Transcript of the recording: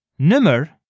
nummer